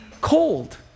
cold